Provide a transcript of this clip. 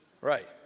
Right